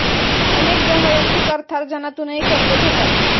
अनेक जण वैयक्तिक अर्थार्जनातूनही कर्ज घेतात